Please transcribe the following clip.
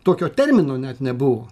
tokio termino net nebuvo